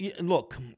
look